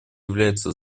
является